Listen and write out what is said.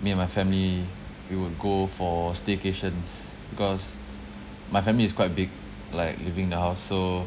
me and my family we would go for staycations because my family is quite big like living in the house so